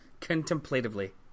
contemplatively